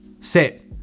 sit